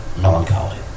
melancholy